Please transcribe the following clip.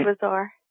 bizarre